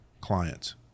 clients